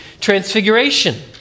transfiguration